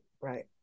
Right